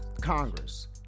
Congress